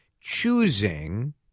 choosing